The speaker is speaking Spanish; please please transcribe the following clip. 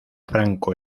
franco